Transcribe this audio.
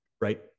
Right